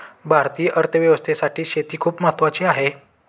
भारतीय अर्थव्यवस्थेसाठी शेती खूप महत्त्वाची आहे